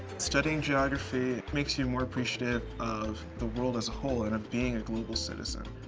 studying geography, it makes you more appreciative of the world as a whole and of being a global citizen.